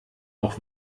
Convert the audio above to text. auch